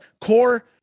core